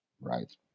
right